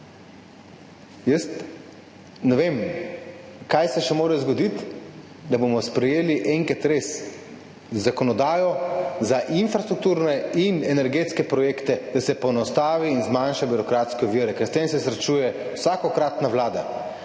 Jaz ne vem, kaj se še mora zgoditi, da bomo res enkrat sprejeli zakonodajo za infrastrukturne in energetske projekte, da se poenostavi in zmanjša birokratske ovire, ker s tem se srečuje vsakokratna vlada.